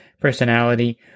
personality